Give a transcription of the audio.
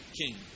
king